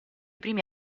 primi